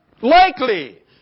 likely